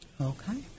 Okay